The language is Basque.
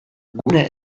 gune